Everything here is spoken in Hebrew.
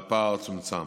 והפער צומצם.